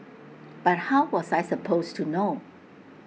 but how was I supposed to know